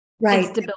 right